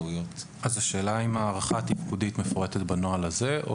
האם הערכה הטיפולית מפורטת בנוהל הזה?